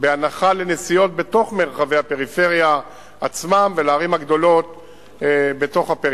בהנחה לנסיעות בתוך מרחבי הפריפריה עצמה ולערים הגדולות מהפריפריות.